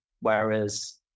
Whereas